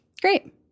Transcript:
Great